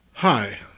Hi